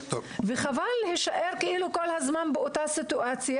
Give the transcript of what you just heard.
חבל להישאר כל הזמן באותה סיטואציה.